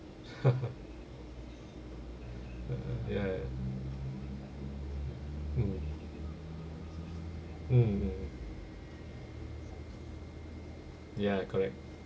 ya ya mm mm ya correct